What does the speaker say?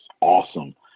awesome